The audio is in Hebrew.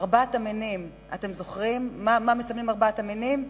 ארבעת המינים, אתם זוכרים מה מסמלים ארבעת המינים,